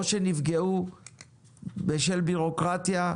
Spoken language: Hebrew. או שנפגעו בשל ביורוקרטיה,